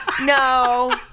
No